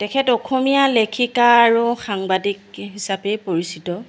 তেখেত অসমীয়া লেখিকা আৰু সাংবাদিক হিচাপেই পৰিচিত